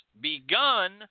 begun